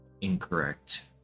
incorrect